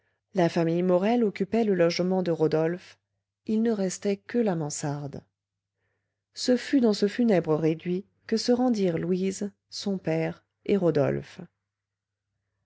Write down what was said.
la famille morel occupait le logement de rodolphe il ne restait que la mansarde ce fut dans ce funèbre réduit que se rendirent louise son père et rodolphe